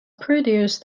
produced